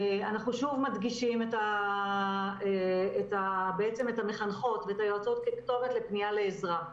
אנחנו שוב מדגישים בעצם את המחנכות ואת היועצות ככתובת לפנייה לעזרה.